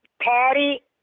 Patty